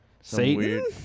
Satan